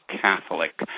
Catholic